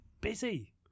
busy